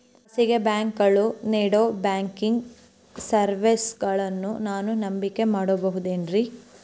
ಖಾಸಗಿ ಬ್ಯಾಂಕುಗಳು ನೇಡೋ ಬ್ಯಾಂಕಿಗ್ ಸರ್ವೇಸಗಳನ್ನು ನಾನು ನಂಬಿಕೆ ಮಾಡಬಹುದೇನ್ರಿ?